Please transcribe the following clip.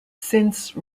since